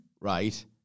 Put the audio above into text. right